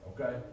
okay